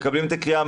מקבלים את הקריאה,